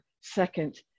second